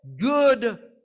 good